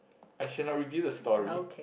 I should not reveal the story